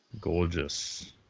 Gorgeous